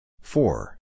four